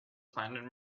planet